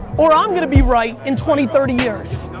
or i'm gonna be right in twenty, thirty years.